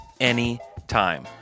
anytime